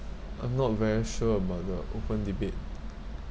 I'm not very sure about the open debate